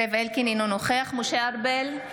אינו נוכח משה ארבל,